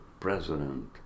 president